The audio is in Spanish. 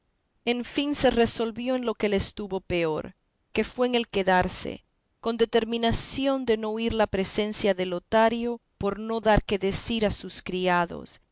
en fin se resolvió en lo que le estuvo peor que fue en el quedarse con determinación de no huir la presencia de lotario por no dar que decir a sus criados